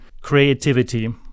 creativity